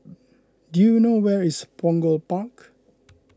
do you know where is Punggol Park